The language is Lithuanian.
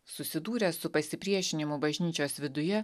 susidūręs su pasipriešinimu bažnyčios viduje